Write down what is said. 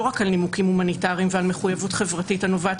רק על נימוקים הומניטריים ועל מחויבות חברתית הנובעת